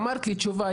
אמרת לי תשובה,